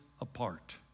apart